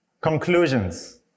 conclusions